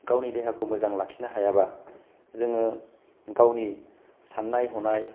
गावनि देहाखौ मोजां लाखिनो हायाब्ला जोङो गावनि साननाय हनाय